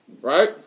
right